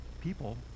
people